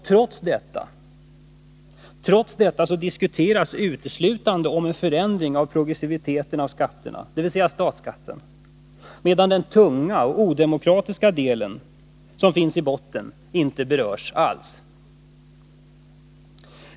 Trots detta diskuteras uteslutande om en förändring av progressiviteten hos skatterna dvs. statsskatten, medan den tunga och odemokratiska delen inte berörs alls.